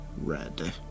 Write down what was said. Red